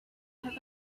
have